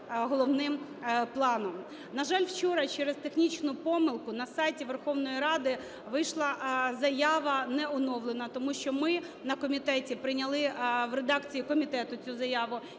На жаль, вчора через технічну помилку на сайті Верховної Ради вийшла заява не оновлена, тому що ми на комітеті прийняли в редакції комітету цю заяву